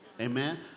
Amen